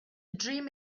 dream